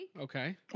Okay